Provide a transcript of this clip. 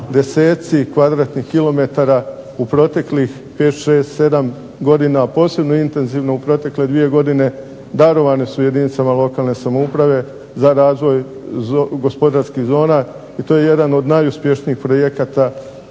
deseci kvadratnih kilometara u proteklih 5, 6, 7 godina, a posebno intenzivno u protekle dvije godine darovane su jedinicama lokalne samouprave za razvoj gospodarskih zona i to je jedan od najuspješnijih projekata.